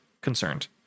concerned